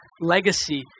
legacy